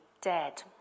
dead